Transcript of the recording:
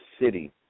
city